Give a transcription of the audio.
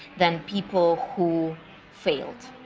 than people who failed.